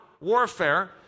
warfare